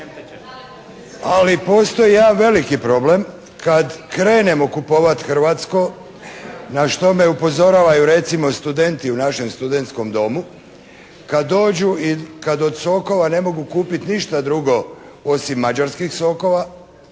Ali postoji jedan veliki problem kad krenemo kupovati hrvatsko na što me upozoravaju recimo studenti u našem studenskom domu kad dođu i kad od sokova ne mogu kupiti ništa drugo osim mađarskih sokova.